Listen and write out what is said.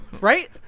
Right